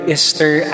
Easter